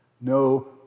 No